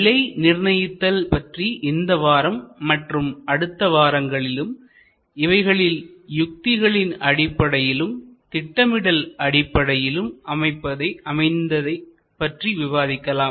விலை நிர்ணயித்தல் பற்றி இந்த வாரம் மற்றும் அடுத்த வாரங்களிலும் இவைகளில் யுக்திகளின் அடிப்படையிலும் திட்டமிடல் அடிப்படையிலும் அமைப்பதைப் பற்றி விவாதிக்கலாம்